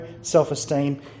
self-esteem